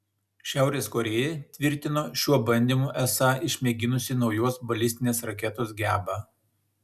šiaurės korėja tvirtino šiuo bandymu esą išmėginusi naujos balistinės raketos gebą